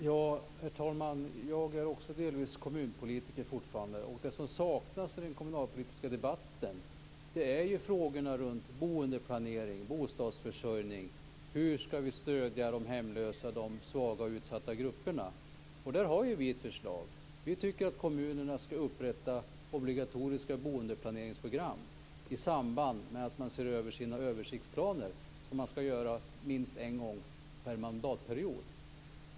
Herr talman! Jag är också fortfarande delvis kommunpolitiker. Det som saknas i den kommunalpolitiska debatten är frågorna om boendeplanering och bostadsförsörjning och om hur vi skall stödja de hemlösa, svaga och utsatta grupperna. Där har vi ett förslag. Vi tycker att kommunerna skall upprätta obligatoriska boendeplaneringsprogram i samband med att man ser över sina översiktsplaner. Det skall man göra minst en gång per mandatperiod.